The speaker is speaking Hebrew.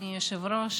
אדוני היושב-ראש,